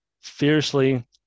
fiercely